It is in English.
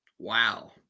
Wow